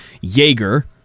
Jaeger